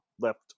left